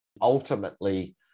Ultimately